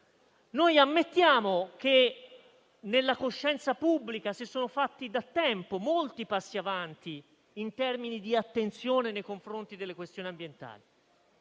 Noi ammettiamo che nella coscienza pubblica si siano fatti da tempo molti passi avanti in termini di attenzione nei confronti delle questioni ambientali,